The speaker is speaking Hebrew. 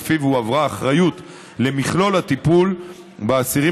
ולפיו הועברה האחריות למכלול הטיפול באסירים